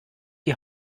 die